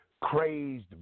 crazed